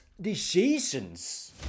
decisions